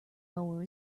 mower